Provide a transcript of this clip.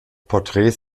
porträts